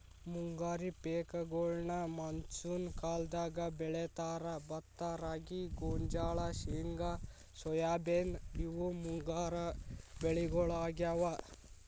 ಮುಂಗಾರಿ ಪೇಕಗೋಳ್ನ ಮಾನ್ಸೂನ್ ಕಾಲದಾಗ ಬೆಳೇತಾರ, ಭತ್ತ ರಾಗಿ, ಗೋಂಜಾಳ, ಶೇಂಗಾ ಸೋಯಾಬೇನ್ ಇವು ಮುಂಗಾರಿ ಬೆಳಿಗೊಳಾಗ್ಯಾವು